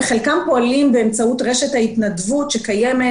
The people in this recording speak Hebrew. וחלקם פועלים באמצעות רשת ההתנדבות שקיימת